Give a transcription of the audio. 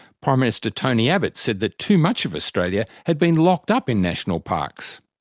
prime minister tony abbott said that too much of australia had been locked up in national parks.